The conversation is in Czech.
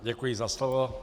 Děkuji za slovo.